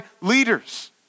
leaders